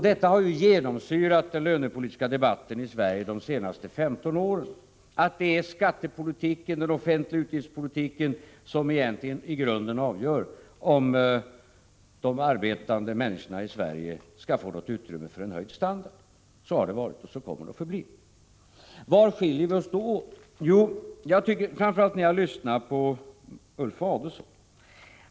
Detta har ju genomsyrat den lönepolitiska debatten i Sverige de senaste 15 åren — det är skattepolitiken, den offentliga utgiftspolitiken som i grunden avgör om de arbetande människorna i Sverige skall få något utrymme för en höjd standard. Så har det varit och så kommer det att förbli. Var skiljer vi oss då åt? Jo, jag tycker att jag insett detta framför allt när jag lyssnat till Ulf Adelsohn.